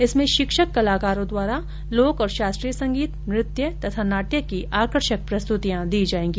इसमें शिक्षक कलाकारो द्वारा लोक और ंशास्त्रीय संगीत नृत्य तथा नाट्य की आकर्षक प्रस्तुतियां दी जाएगी